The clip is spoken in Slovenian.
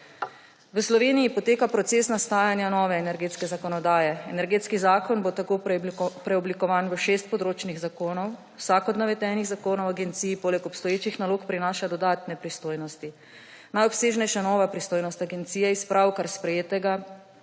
V Sloveniji poteka proces nastajanja nove energetske zakonodaje. Energetski zakon bo tako preoblikovan v šest področnih zakonov. Vsak od navedenih zakonov agenciji poleg obstoječih nalog prinaša dodatne pristojnosti. Najobsežnejša nova pristojnost agencije iz pravkar sprejetega